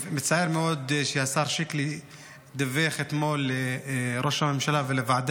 מצער מאוד שהשר שיקלי דיווח אתמול לראש הממשלה ולוועדה